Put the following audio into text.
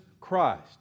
Christ